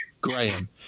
Graham